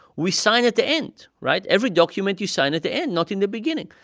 we sign at the end, right? every document, you sign at the end, not in the beginning.